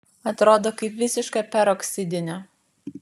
atrodo kaip visiška peroksidinė